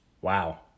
Wow